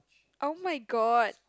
[oh]-my-god